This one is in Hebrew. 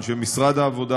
אנשי משרד העבודה,